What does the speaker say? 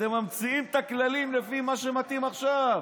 אתם ממציאים את הכללים לפי מה שמתאים עכשיו.